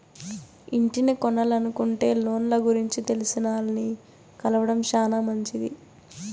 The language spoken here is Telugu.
ఇంటిని కొనలనుకుంటే లోన్ల గురించి తెలిసినాల్ని కలవడం శానా మంచిది